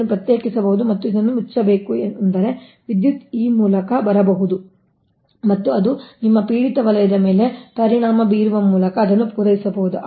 ಇದನ್ನು ಪ್ರತ್ಯೇಕಿಸಬಹುದು ಮತ್ತು ಇದನ್ನು ಮುಚ್ಚಬೇಕು ಅಂದರೆ ವಿದ್ಯುತ್ ಈ ಮೂಲಕ ಬರಬಹುದು ಮತ್ತು ಅದು ನಿಮ್ಮ ಪೀಡಿತ ವಲಯದ ಮೇಲೆ ಪರಿಣಾಮ ಬೀರುವ ಮೂಲಕ ಅದನ್ನು ಪೂರೈಸಬಹುದು